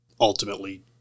ultimately